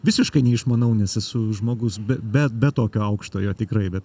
visiškai neišmanau nes esu žmogus be be be tokio aukštojo tikrai bet